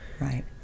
right